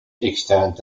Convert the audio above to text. extant